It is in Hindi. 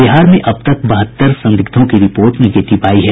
बिहार में अब तक बहत्तर संदिग्धों की रिपोर्ट निगेटिव आयी है